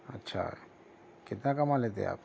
اچھا کتنا کما لیتے آپ